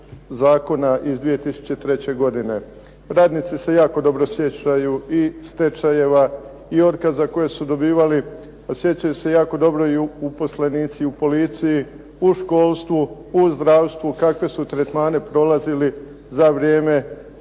zakona iz 2003. godine. Radnici se jako dobro sjećaju i stečajeva i otkaza koje su dobivali a sjećaju se jako dobro i uposlenici u policiji, školstvu, zdravstvu kakve su tretmane prolazili za vrijeme